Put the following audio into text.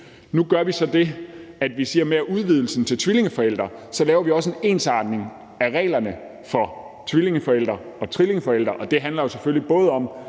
Nu gør vi så det, at vi med udvidelsen til tvillingeforældre også laver en ensartning af reglerne for tvillingeforældre og trillingeforældre, og det handler jo selvfølgelig både om